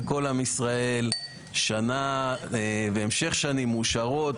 לכל עם ישראל המשך שנים מאושרות,